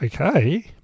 okay